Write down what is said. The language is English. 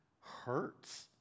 hurts